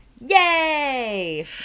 Yay